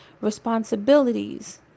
responsibilities